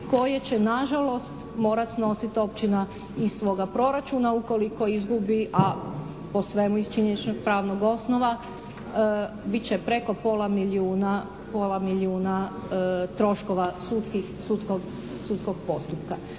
koje će nažalost morati snositi općina iz svoga proračuna ukoliko izgubi a po svemu iz činjenično-pravnog osnova bit će preko pola milijuna troškova sudskih, sudskog postupka.